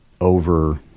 over